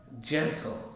gentle